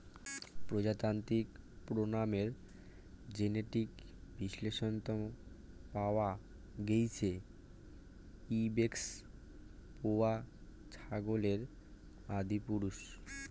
প্রত্নতাত্ত্বিক প্রমাণের জেনেটিক বিশ্লেষনত পাওয়া গেইছে ইবেক্স পোষা ছাগলের আদিপুরুষ